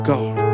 God